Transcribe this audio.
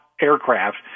aircraft